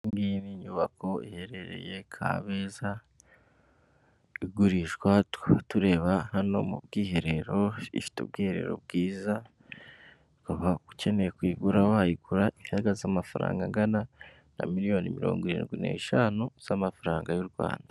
Inyubako iherereye Kabeza igurishwa tukaba tureba hano mu bwiherero ifite ubwiherero bwiza, waba ukeneye kuyigura wayigura ihagaze mu mafaranga angana na miliyoni mirongo irindwi n'eshanu z'amafaranga y'u Rwanda.